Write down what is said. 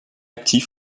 actif